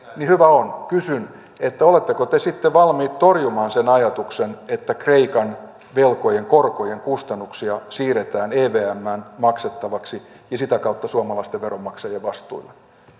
niin hyvä on mutta kysyn oletteko te sitten valmiit torjumaan sen ajatuksen että kreikan velkojen korkojen kustannuksia siirretään evmään maksettavaksi ja sitä kautta suomalaisten veronmaksajien vastuulle